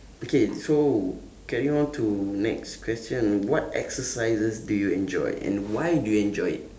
okay so carry on to next question what exercises do you enjoy and why do you enjoy it